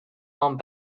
long